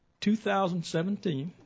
2017